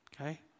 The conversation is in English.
okay